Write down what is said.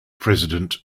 president